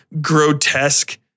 grotesque